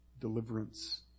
deliverance